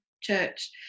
church